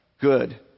good